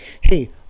hey